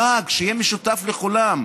חג שיהיה משותף לכולם,